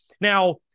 Now